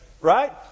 Right